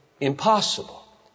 impossible